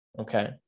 Okay